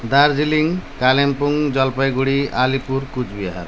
Darjeeling Kalimpong Jalpaiguri Alipur Cooch Behar